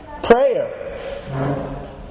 Prayer